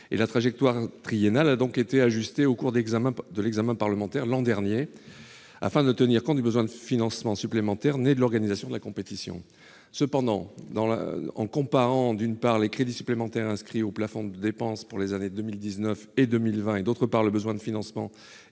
La trajectoire triennale a donc été ajustée dans le cours de l'examen de ce texte par le Parlement, l'an dernier, afin de tenir compte du besoin de financement supplémentaire né de l'organisation de cette compétition. Cependant, la comparaison entre, d'une part, les crédits supplémentaires inscrits au plafond de dépenses pour les années 2019 et 2020 et, d'autre part, le besoin de financement